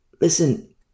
listen